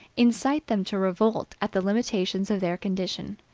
incite them to revolt at the limitations of their condition.